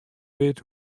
wit